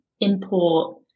import